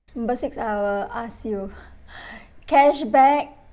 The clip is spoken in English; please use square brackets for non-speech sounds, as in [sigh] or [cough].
number six I will ask you [breath] cashback